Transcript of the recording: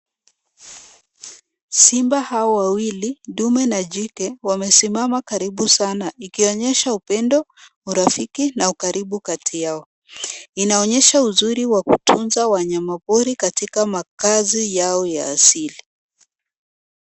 Simba hao wawili, dume na jike, wamesimama karibu sana, inaonyesha upendo, urafiki na ukaribu kati yao. Inaonyesha uzuri wa kutunza wanyamapori katika makazi yao ya asili.